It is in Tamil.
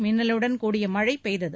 மின்னலுடன் கூடிய மழை பெய்தது